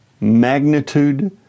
magnitude